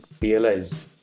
realize